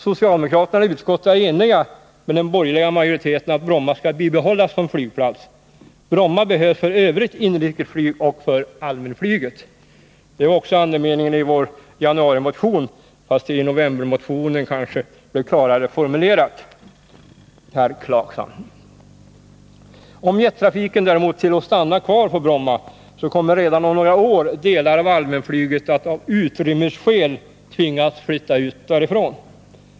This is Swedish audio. Socialdemokraterna i utskottet är eniga med den borgerliga majoriteten om att Bromma skall bibehållas som flygplats. Bromma behövs för övrigt inrikesflyg och för allmänflyget. Det är också andemeningen i vår januarimotion, fastän det kanske blev klarare formulerat i novembermotionen, herr Clarkson. Om jettrafiken däremot tillåts stanna kvar på Bromma så kommer redan om några år delar av allmänflyget att av utrymmesskäl tvingas flytta ut därifrån.